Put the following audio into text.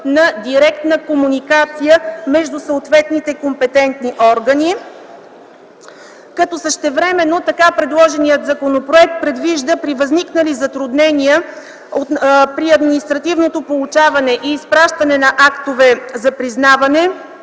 на директна комуникация между съответните компетентни органи. Същевременно законопроектът предвижда при възникнали затруднения при административното получаване и изпращане на актове за признаване